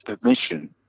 permission